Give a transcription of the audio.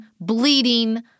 bleeding